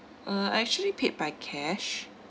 uh I actually paid by cash